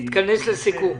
תתכנס לסיכום.